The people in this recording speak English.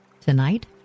tonight